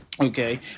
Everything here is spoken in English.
Okay